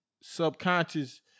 subconscious